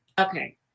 Okay